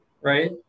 right